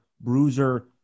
bruiser